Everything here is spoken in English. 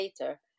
later